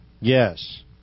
Yes